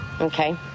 okay